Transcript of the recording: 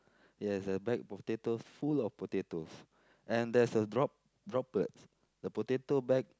yes the bag of potatoes full of potatoes and there's a drop droplet the potato bag